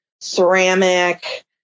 ceramic